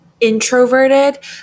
introverted